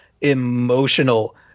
emotional